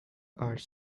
are